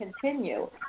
continue